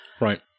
Right